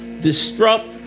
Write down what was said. disrupt